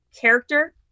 character